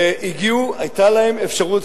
היתה להם אפשרות,